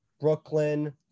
Brooklyn